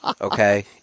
Okay